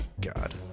God